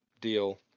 deal